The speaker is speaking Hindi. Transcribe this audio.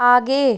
आगे